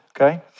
okay